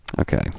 Okay